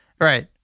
right